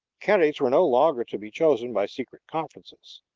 candidates were no longer to be chosen by secret conferences.